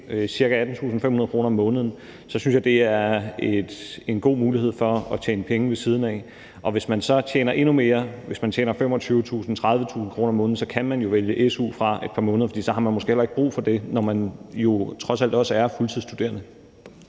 ca. 18.500 kr. om måneden, så synes jeg, at det er en god mulighed for at tjene penge ved siden af. Og hvis man så tjener endnu mere – hvis man tjener 25.000, 30.000 kr. om måneden – kan man jo vælge su fra et par måneder, for så har man måske heller ikke brug for det, når man trods alt også er fuldtidsstuderende.